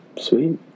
Sweet